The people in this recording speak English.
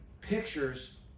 pictures